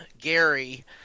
Gary